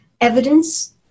evidence